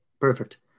Perfect